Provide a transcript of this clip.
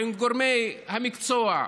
עם גורמי המקצוע,